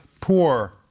poor